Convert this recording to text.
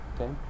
okay